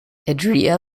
andrea